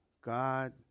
God